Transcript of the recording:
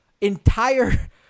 entire